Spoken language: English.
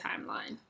timeline